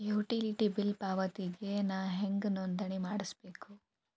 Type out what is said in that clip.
Utility bill ಪಾವತಿಗೆ ನಾ ಹೆಂಗ್ ನೋಂದಣಿ ಮಾಡ್ಸಬೇಕು?